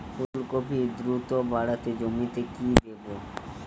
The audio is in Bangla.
ফুলকপি দ্রুত বাড়াতে জমিতে কি দেবো?